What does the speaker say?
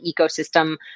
ecosystem